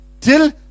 Till